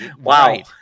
Wow